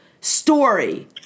story